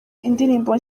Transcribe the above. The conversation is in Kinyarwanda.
indirimbo